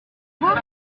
voir